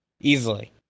easily